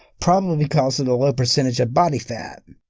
probably because of the low percentage of body fat.